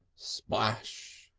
splash!